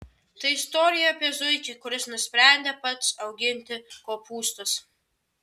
tai istorija apie zuikį kuris nusprendė pats auginti kopūstus